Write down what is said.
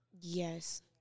Yes